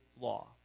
law